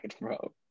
bro